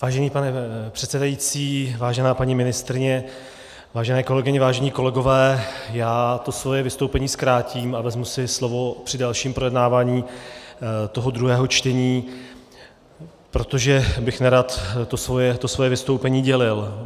Vážený pane předsedající, vážená paní ministryně, vážené kolegyně, vážení kolegové, já svoje vystoupení zkrátím a vezmu si slovo při dalším projednávání druhého čtení, protože bych nerad svoje vystoupení dělil.